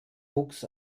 wuchs